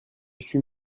suis